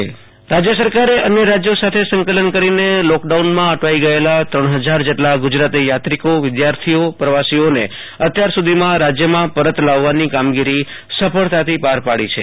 આશુતોષ અંતાણી રાજય અશ્વિની કુમાર રાજય સરકારે અન્ય રાજયો સાથે સંકલન કરીન લોકડાઉનમાં અટવાઈ ગયેલા ત્રણ હજાર જેટલા ગુજરાતી યાત્રીકોવિદ્યાર્થિઓપ્રવાસીઓને અત્યાર સુધીમાં રાજયમાં પરત લાવવાની કામગીરી સફળતાથી પાર પાડો છે